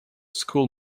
school